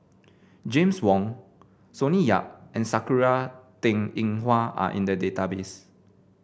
James Wong Sonny Yap and Sakura Teng Ying Hua are in the database